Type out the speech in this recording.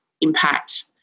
impact